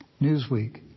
Newsweek